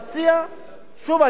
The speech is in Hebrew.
שוב אני חוזר ואומר,